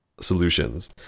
solutions